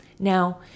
Now